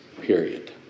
period